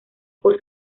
por